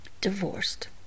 Divorced